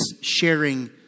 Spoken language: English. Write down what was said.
sharing